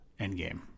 Endgame